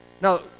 Now